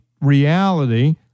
reality